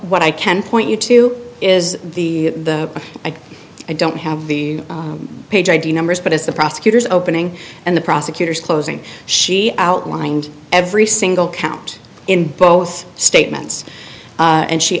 what i can point you to is the i don't have the page id numbers but it's the prosecutor's opening and the prosecutor's closing she outlined every single count in both statements and she